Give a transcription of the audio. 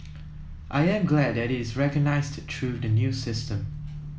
I am glad that it is recognised through the new system